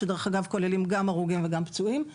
שאגב כוללים גם הרוגים וגם פצועים.